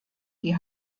die